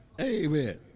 Amen